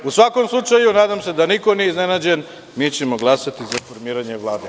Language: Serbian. U svakom slučaju, nadam se da niko nije iznenađen, mi ćemo glasati za formiranje Vlade.